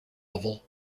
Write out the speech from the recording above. level